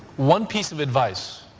one piece of advice